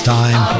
time